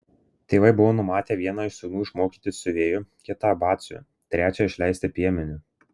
tėvai buvo numatę vieną iš sūnų išmokyti siuvėju kitą batsiuviu trečią išleisti piemeniu